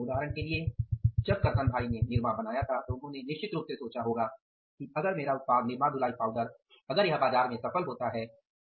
उदाहरण के लिए जब करसन भाई ने निरमा बनाया था तो उन्होंने निश्चित रूप से सोचा होगा कि अगर मेरा उत्पाद निरमा धुलाई पाउडर अगर यह बाजार में सफल होता है तो